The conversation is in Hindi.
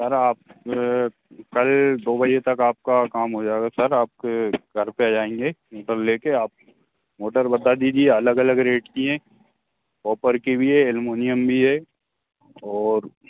सर आप कल दो बजे तक आपका काम हो जाएगा सर आपके घर पर आ जाएँगे मतलब लेकर आप मोटर बता दीजिए अलग अलग रेट की हैं कॉपर की भी है ऐल्मूनियम भी है और